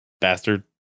bastard